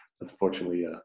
Unfortunately